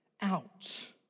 out